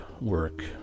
work